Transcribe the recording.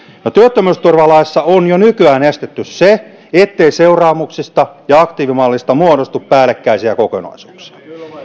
no työttömyysturvalaissa on jo nykyään estetty se ettei seuraamuksista ja aktiivimallista muodostu päällekkäisiä kokonaisuuksia